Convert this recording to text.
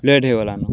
late ହେଇଗଲାନ